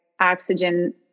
oxygen